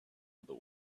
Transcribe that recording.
other